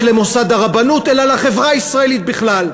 למוסד הרבנות אלא לחברה הישראלית בכלל.